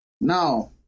Now